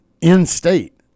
in-state